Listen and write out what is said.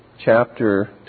chapter